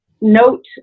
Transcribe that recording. note